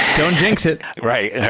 don't jinx it. right.